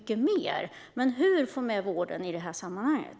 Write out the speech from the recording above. Men hur ska man få med vården i det här sammanhanget?